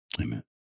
amen